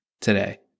today